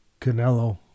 Canelo